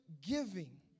giving